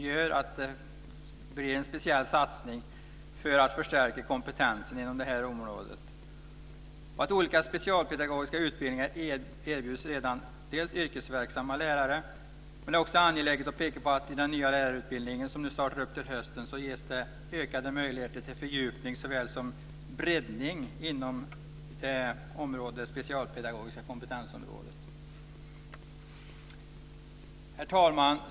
Det kan då göras en speciell satsning för att stärka kompetensen inom detta område. Olika specialpedagogiska utbildningar erbjuds redan yrkesverksamma lärare. Det är också angeläget att peka på att det i de nya lärarutbildningar som nu startar till hösten ges ökade möjligheter till såväl fördjupning som breddning på det specialpedagogiska kompetensområdet. Fru talman!